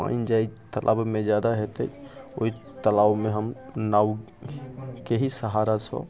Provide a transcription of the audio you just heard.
पानि जाइ तलाबमे जादा हेतै ओइ तलाबमे हम नावके ही सहारासँ